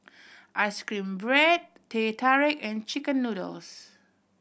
ice cream bread Teh Tarik and chicken noodles